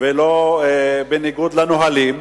ולא בניגוד לנהלים,